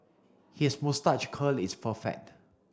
his moustache curl is perfect